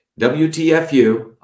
WTFU